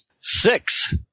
Six